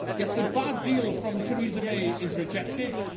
if the bad deal from theresa may is rejected,